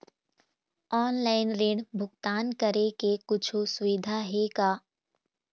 Online ऋण भुगतान करे के कुछू सुविधा हे का?